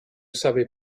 savait